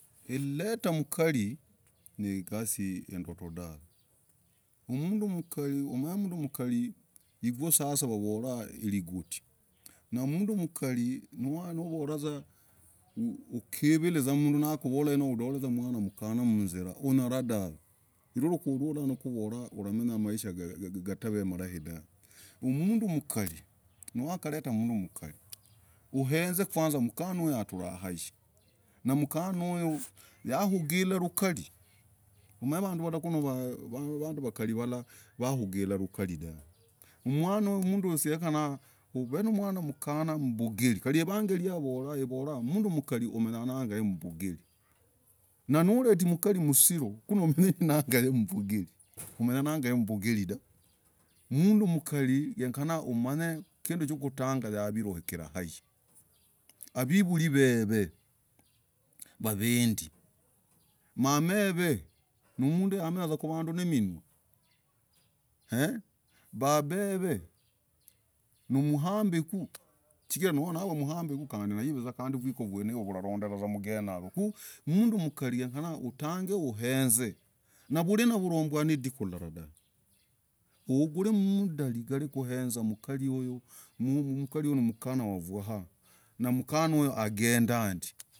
Niletah mkarii nigasii hindotoo dahv mnduu mkarii mwaah mnduu mkarii higwoo sasa wavolah liduutii namnduu mkarii na kuvolah vuzaaa no ukivirah mduu nakuvolah ulanyolah mwana mkanah muzirah hunyalah dahv nigwoo ulolah navorah uramenyah maisha yatav maisha malaii dahv mmnduu mkarii nikaletah mnduu mkarii ulolah kwanzah namkanah huyu akuvugilah lukali umanyeku vanduu valah vanduu wakalii valah waugirah lukariir dahv mwana mnduu huyuu senyeka uvenamwana mkanah kuvikir kandi mangalii avolah mnduu mkarii humenyaaa nagaye mvugeriii noletaah mkarii msiluu hahahaha!! Unyenagey mvugeriii umenyanagaye mvugeriii dah genyekana umanye kinduu yakutangah virukirahh hahi wivuliveve wavendii mamahaev nimnduu wakumenyah kwavanduu nomnuahh eee na babahheev nimhambikuu chigirah nav mhambii umanye vuzaa vikoo lulah londah vuzaa mnduu mkarii genyekana utange uez na vulinah vulombwaah na lidikuu lilah dahv uvugul mdaa ligalii yakuw mkanah hulah nimkana atrah haii.